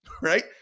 right